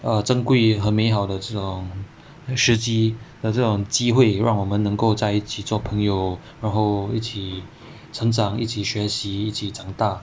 err 珍贵和美好的这种时机的这种机会让我们能够在一起做朋友然后一起成长一起学习一起长大